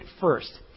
first